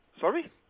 Sorry